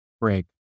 break